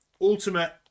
ultimate